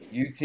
UT